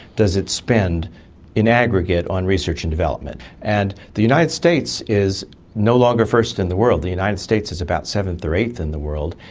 does it spend in aggregate on research and development. and the united states is no longer first in the world, the united states is about seventh or eighth in the world,